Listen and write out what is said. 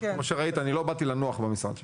כמו שראית, לא באתי לנוח במשרד שלי.